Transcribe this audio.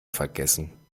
vergessen